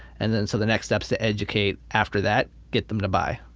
and then so the next step is to educate after that, get them to buy,